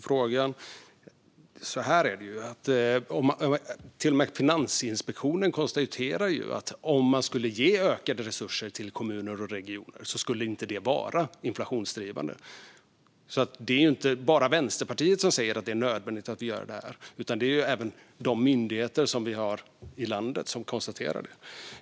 Fru talman! Jag tackar för frågan. Till och med Finansinspektionen konstaterar att om man skulle ge ökade resurser till kommuner och regioner skulle det inte vara inflationsdrivande. Det är inte bara Vänsterpartiet som säger att det är nödvändigt att göra detta, utan även landets myndigheter konstaterar det.